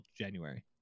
January